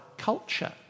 culture